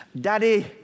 Daddy